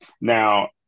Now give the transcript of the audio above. Now